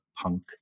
punk